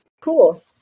Cool